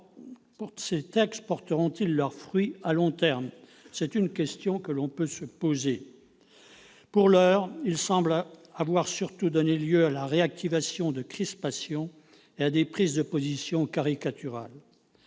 ces textes porteront-ils leurs fruits à long terme. C'est une question que l'on peut se poser. Pour l'heure, ils semblent avoir surtout donné lieu à la réactivation de crispations et à des prises de position caricaturales.